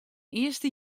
earste